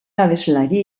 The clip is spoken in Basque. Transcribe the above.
abeslari